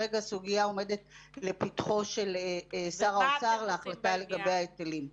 שכרגע הסוגיה עומדת לפתחו שר האוצר להחלטה לגבי ההיטלים.